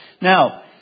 Now